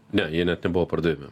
ne jie net nebuvo pardavime